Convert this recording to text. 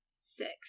Six